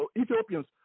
Ethiopians